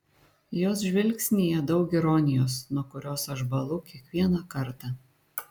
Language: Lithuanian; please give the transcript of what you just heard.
jos žvilgsnyje daug ironijos nuo kurios aš bąlu kiekvieną kartą